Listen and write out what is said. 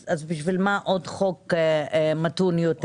אז בשביל מה עוד חוק מתון יותר?